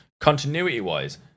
continuity-wise